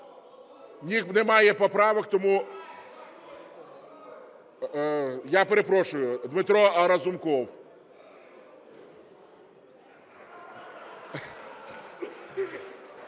Немає поправок, тому... Я перепрошую, Дмитро Разумков.